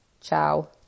ciao